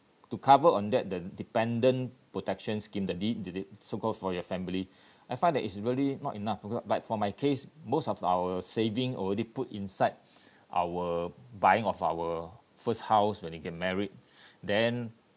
to cover on that the dependent protection scheme the D~ so called for your family I find that it's really not enough for example like for my case most of our saving already put inside our buying of our first house when we get married then